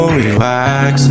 relax